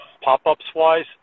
pop-ups-wise